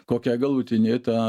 kokia galutinė ta